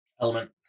element